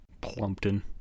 Plumpton